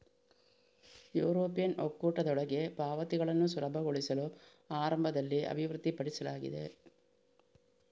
European ಒಕ್ಕೂಟದೊಳಗೆ ಪಾವತಿಗಳನ್ನು ಸುಲಭಗೊಳಿಸಲು ಆರಂಭದಲ್ಲಿ ಅಭಿವೃದ್ಧಿಪಡಿಸಲಾಗಿದೆ